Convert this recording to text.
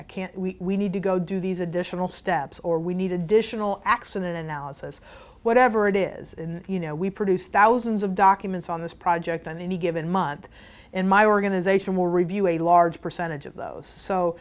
i can't we need to go do these additional steps or we need additional x an analysis whatever it is in you know we produce thousands of documents on this project on any given month and my organization will review a large percentage of those so